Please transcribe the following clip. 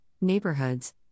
neighborhoods